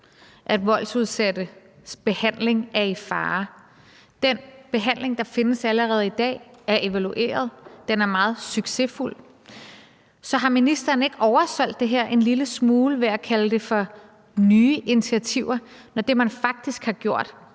at voldsudsattes behandling er i fare. Den behandling, der findes allerede i dag, er evalueret, og den er meget succesfuld. Så har ministeren ikke oversolgt det her en lille smule ved at kalde det for nye initiativer, når det, man faktisk har gjort,